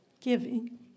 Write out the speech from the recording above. giving